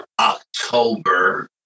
October